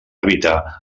evitar